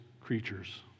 creatures